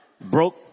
broke